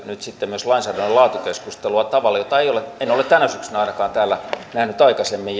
nyt sitten myös lainsäädännön laatukeskustelua tavalla jota en ole tänä syksynä ainakaan täällä nähnyt aikaisemmin